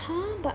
ha but